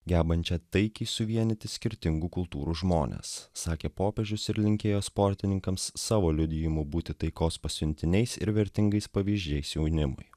gebančią taikiai suvienyti skirtingų kultūrų žmones sakė popiežius ir linkėjo sportininkams savo liudijimu būti taikos pasiuntiniais ir vertingais pavyzdžiais jaunimui